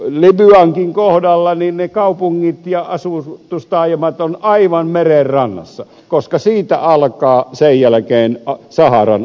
libyankin kohdalla ne kaupungit ja asutustaajamat ovat aivan merenrannassa koska siitä alkaa sen jälkeen saharan aavikko